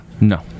No